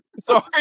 Sorry